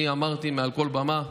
אני אמרתי מעל כל במה,